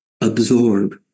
absorb